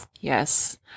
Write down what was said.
Yes